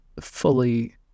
fully